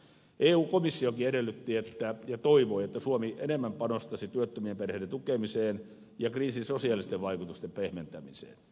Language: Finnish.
eu komissiokin edellytti ja toivoi että suomi enemmän panostaisi työttömien perheiden tukemiseen ja kriisin sosiaalisten vaikutusten pehmentämiseen